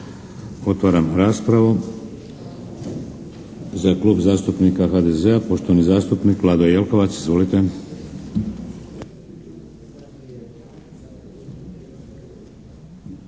Otvaram raspravu. Za klub zastupnika HDZ-a poštovani zastupnik Vlado Jelkovac. Izvolite.